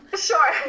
sure